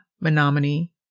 Menominee